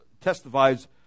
testifies